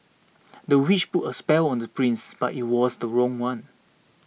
the witch put a spell on the prince but it was the wrong one